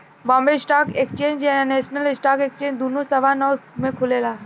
Bombay stock exchange आ national stock exchange दुनो सवा नौ में खुलेला